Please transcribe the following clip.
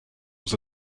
was